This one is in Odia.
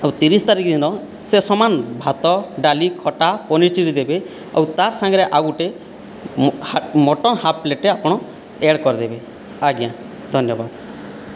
ଆଉ ତିରିଶ ତାରିଖ ଦିନ ସେ ସମାନ ଭାତ ଡାଲି ଖଟା ପନିର୍ ଚିଲି ଦେବେ ଆଉ ତା' ସାଙ୍ଗରେ ଆଉ ଗୋଟେ ମଟନ୍ ହାଫ୍ ପ୍ଲେଟ୍ଟେ ଆପଣ ଆଡ଼୍ କରିଦେବେ ଆଜ୍ଞା ଧନ୍ୟବାଦ